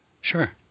Sure